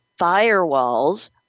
firewalls